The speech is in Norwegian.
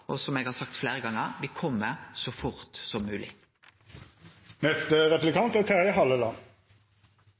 Som eg har sagt fleire gonger, kjem me så fort som